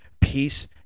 Peace